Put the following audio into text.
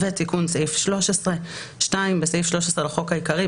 "תיקון סעיף 13 2. בסעיף 13 לחוק העיקרי,